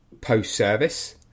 post-service